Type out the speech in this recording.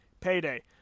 payday